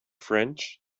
french